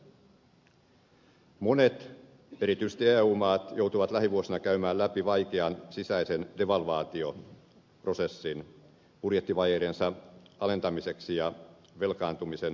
erityisesti monet eu maat joutuvat lähivuosina käymään läpi vaikean si säisen devalvaatioprosessin budjettivajeidensa alentamiseksi ja velkaantumisen vähentämiseksi